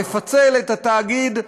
לפצל את התאגיד,